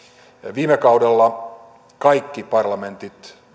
viime kaudella kaikki parlamentit